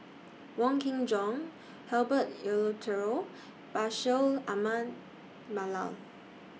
Wong Kin Jong Herbert Eleuterio Bashir Ahmad Mallal